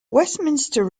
westminster